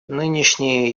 нынешние